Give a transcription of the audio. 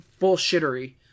bullshittery